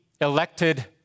elected